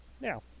Now